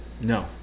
No